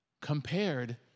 compared